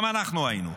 גם אנחנו היינו,